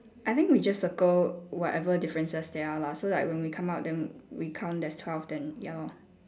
I think we just circle whatever differences there are lah so like when we come out then we count there's twelve then ya lor